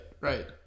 right